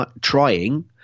Trying